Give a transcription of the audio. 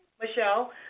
Michelle